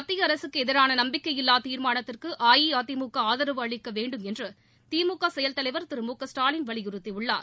மத்திய அரசுக்கு எதிரான நம்பிக்கையில்லாத் தீர்மானத்துக்கு அஇஅதிமுக ஆதரவு அளிக்க வேண்டுமென்று திமுக செயல் தலைவர் திரு மு க ஸ்டாலின் வலியுறுத்தியுள்ளார்